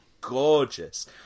gorgeous